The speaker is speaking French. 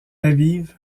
aviv